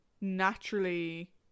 naturally